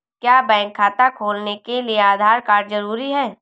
क्या बैंक खाता खोलने के लिए आधार कार्ड जरूरी है?